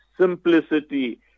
simplicity